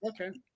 Okay